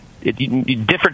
different